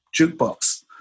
jukebox